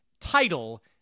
title